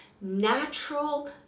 natural